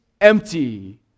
empty